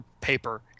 paper